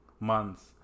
months